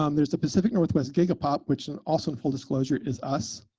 um there's the pacific northwest gigapop, which and also in full disclosure, is us.